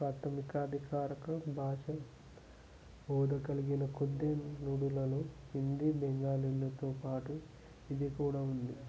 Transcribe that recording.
ప్రాథమిక అధికారిక భాష హోదా కలిగిన కొద్ది నుడులలో హిందీ బెంగాలీలతో పాటు ఇది కూడా ఉంది